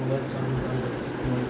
बात